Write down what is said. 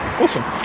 Awesome